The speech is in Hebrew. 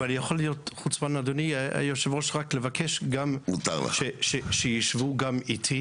אם אני יכול להיות חוצפן ולבקש גם שיישבו אתי,